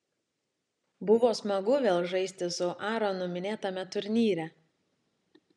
buvo smagu vėl žaisti su aaronu minėtame turnyre